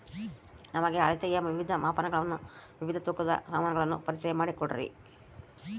ನಮಗೆ ಅಳತೆಯ ವಿವಿಧ ಮಾಪನಗಳನ್ನು ವಿವಿಧ ತೂಕದ ಸಾಮಾನುಗಳನ್ನು ಪರಿಚಯ ಮಾಡಿಕೊಡ್ರಿ?